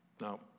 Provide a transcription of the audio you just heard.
Now